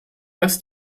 dass